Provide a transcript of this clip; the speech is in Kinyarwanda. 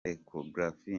echographie